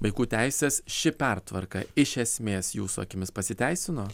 vaikų teises ši pertvarka iš esmės jūsų akimis pasiteisino